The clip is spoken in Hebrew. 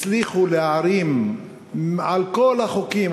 הצליחו להערים על כל החוקים,